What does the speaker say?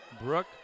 Brooke